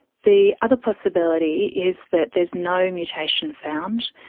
the other possibility is that there is no mutation found,